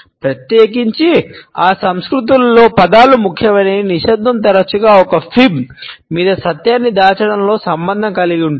ప్రత్యేకించి ఆ సంస్కృతులలో పదాలు ముఖ్యమైన నిశ్శబ్దం తరచుగా ఒక ఫైబ్ మీద సత్యాన్ని దాచడంతో సంబంధం కలిగి ఉంటుంది